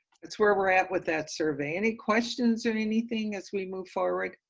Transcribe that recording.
that's where we're at with that survey. any questions or anything as we move forward?